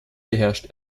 beherrscht